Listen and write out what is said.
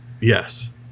Yes